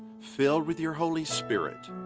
filled with your holy spirit,